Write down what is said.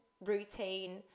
routine